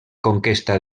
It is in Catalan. conquesta